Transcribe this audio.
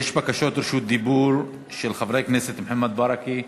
יש בקשות רשות דיבור של חברי הכנסת מוחמד ברכה,